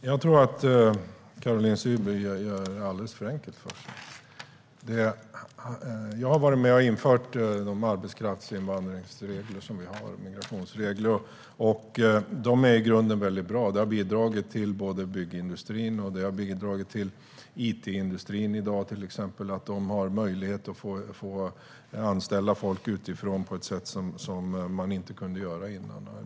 Herr talman! Jag tycker att Caroline Szyber gör det alldeles för enkelt för sig. Jag har varit med om att införa de arbetskraftsinvandringsregler och migrationsregler som vi har. De är i grunden väldigt bra, och de har bidragit till både byggindustrin och it-industrin. Man har nu möjlighet att anställa folk utifrån på ett sätt som man inte kunde göra innan.